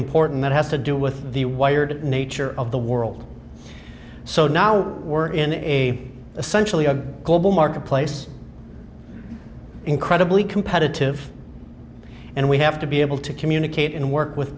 important that has to do with the wired nature of the world so now we're in a essentially a global marketplace incredibly competitive and we have to be able to communicate and work with